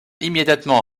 immédiatement